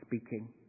speaking